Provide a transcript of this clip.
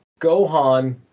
Gohan